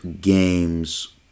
games